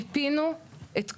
מיפינו את כל,